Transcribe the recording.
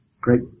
Great